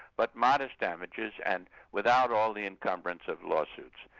but modest damages, and without all the incumbrance of lawsuits.